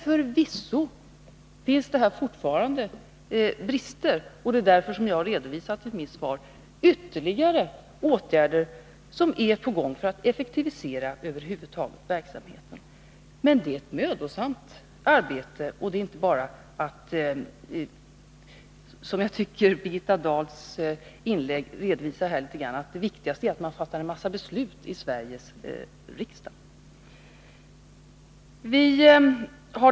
Förvisso finns det fortfarande brister, och det är därför som jag i mitt svar har redovisat ytterligare åtgärder som är på gång för att effektivisera verksamheten. Det är ett mödosamt arbete, och det gäller inte bara att — som jag tycker att Birgitta Dahls inlägg litet grand gav uttryck för skulle vara det viktigaste — fatta en mängd beslut i Sveriges riksdag.